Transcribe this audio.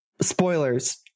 spoilers